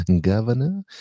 Governor